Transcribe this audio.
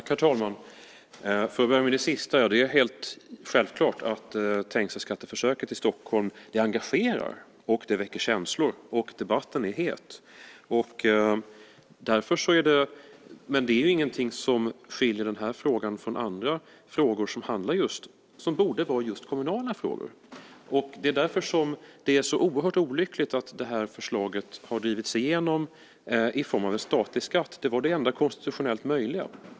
Herr talman! Jag börjar med det sistnämnda. Ja, det är helt klart att trängselskatteförsöket i Stockholm engagerar och väcker känslor. Debatten är het. Men det är inget som skiljer den här frågan från andra frågor som borde vara just kommunala frågor. Det är därför som det är så oerhört olyckligt att det här förslaget har drivits igenom i form av en statlig skatt - det var det enda konstitutionellt möjliga.